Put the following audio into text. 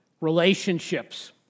relationships